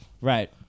Right